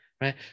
right